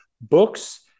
books